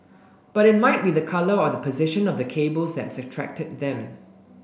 but it might be the colour or the position of the cables that's attracted them